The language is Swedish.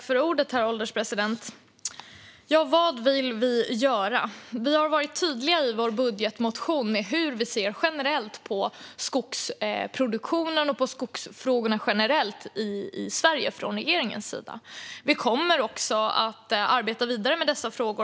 Herr ålderspresident! Ja, vad vill vi göra? Vi har varit tydliga i vårt budgetförslag med hur vi ser på skogsproduktionen och på skogsfrågorna generellt i Sverige från regeringens sida. Vi kommer också att arbeta vidare med dessa frågor.